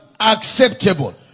acceptable